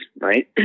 Right